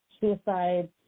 suicides